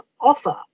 offer